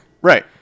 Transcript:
Right